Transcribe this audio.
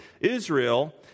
Israel